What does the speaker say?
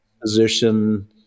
position